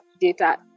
data